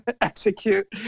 execute